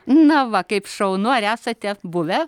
na va kaip šaunu ar esate buvę